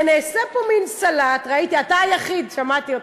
נעשה פה מין סלט אתה היחיד, שמעתי אותך,